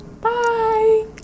Bye